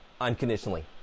unconditionally